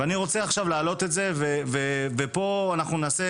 אני רוצה עכשיו לעלות את זה ועל זה נקיים את